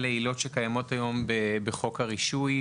אלה עילות שקיימות היום בחוק הרישוי,